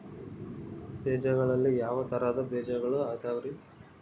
ಬೇಜಗಳಲ್ಲಿ ಯಾವ ತರಹದ ಬೇಜಗಳು ಅದವರಿ?